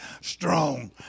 strong